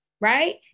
Right